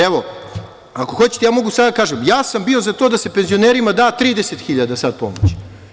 Evo, ako hoćete ja mogu sada da kažem, ja sam bio za to da se penzionerima da 30 hiljada pomoći.